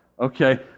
Okay